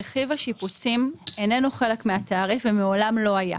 רכיב השיפוצים איננו חלק מהתעריף ומעולם לא היה.